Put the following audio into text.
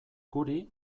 guri